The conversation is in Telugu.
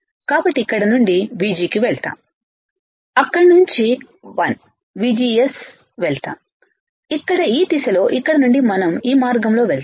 కాబట్టి ఇక్కడ నుండి VG కి వెళ్తాము అక్కడి నుంచి వన్ VGS వెళ్తాము ఇక్కడ ఈ దిశలో ఇక్కడ నుండి మనం ఈ మార్గంలో వెళ్తాము